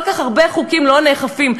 וכל כך הרבה חוקים לא נאכפים,